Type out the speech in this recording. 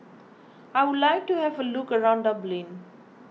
I would like to have a look around Dublin